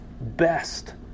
best